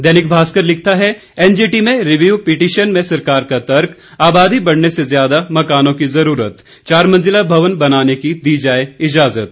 दैनिक भास्कर लिखता है एनजीटी में रिव्यू पिटीशन में सरकार का तर्क आबादी बढ़ने से ज्यादा मकानों की जरूरत चार मंजिला भवन बनाने की दी जाए इजाजत